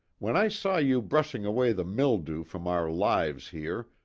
when i saw you brushing away the mildew from our lives here,